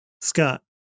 Scott